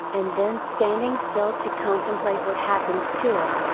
and then standing still to contemplate what happens to it,